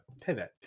pivot